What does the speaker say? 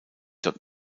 dort